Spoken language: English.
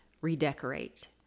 redecorate